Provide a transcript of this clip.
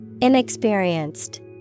Inexperienced